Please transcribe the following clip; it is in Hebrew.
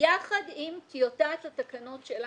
יחד עם טיוטת התקנות שלנו.